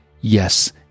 yes